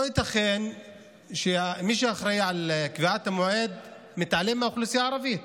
לא ייתכן שמי שאחראי לקביעת המועד מתעלם מהאוכלוסייה הערבית.